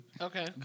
Okay